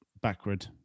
backward